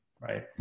right